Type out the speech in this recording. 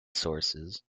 sources